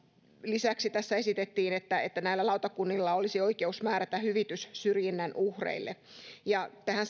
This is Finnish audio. lisäksi tässä esitettiin että että lautakunnalla olisi oikeus määrätä hyvitys syrjinnän uhreille tähän